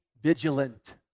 vigilant